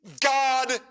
God